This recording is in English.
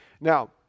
Now